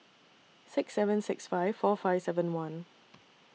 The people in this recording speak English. six seven six five four five seven one